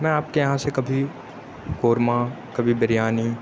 میں آپ کے یہاں سے کبھی قورمہ کبھی بریانی